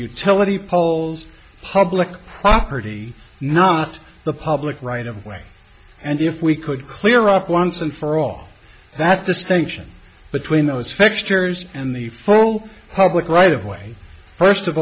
utility poles public property not the public right of way and if we could clear up once and for all that distinction between those factors and the full public right of way first of